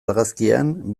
argazkian